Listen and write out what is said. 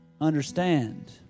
understand